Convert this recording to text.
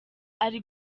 ari